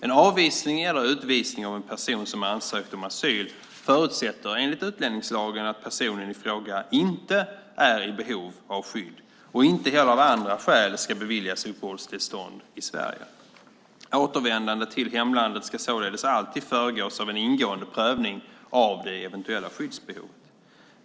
En avvisning eller utvisning av en person som ansökt om asyl förutsätter enligt utlänningslagen att personen i fråga inte är i behov av skydd och inte heller av andra skäl ska beviljas uppehållstillstånd i Sverige. Återvändande till hemlandet ska således alltid föregås av en ingående prövning av det eventuella skyddsbehovet.